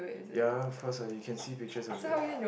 ya of course what you can see pictures of it what